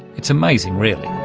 it's amazing really.